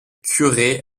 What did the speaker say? curé